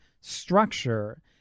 structure